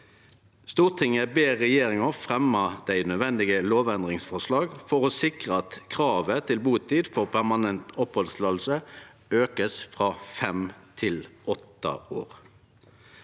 «Stortinget ber regjeringen fremme de nødvendige lovendringsforslag for å sikre at kravet om botid for permanent oppholdstillatelse økes fra 5 år til 8 år.»